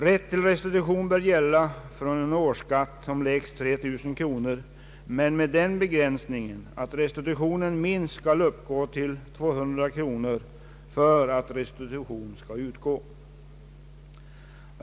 Rätt till restitution bör gälla från en årsskatt om lägst 3 000 kronor, men med den begränsningen att restitutionen minst skall uppgå till 200 kronor för att restitution skall utgå.